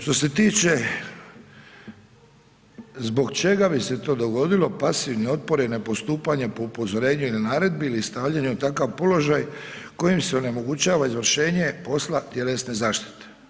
Što se tiče, zbog čega bi se to dogodilo, pasivni otpor, nepostupanjem po upozorenju ili naredbi ili stavljanje u takav položaj kojim se onemogućava izvršenje posla tjelesne zaštite.